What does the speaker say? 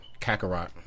Kakarot